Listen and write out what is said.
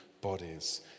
bodies